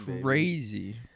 crazy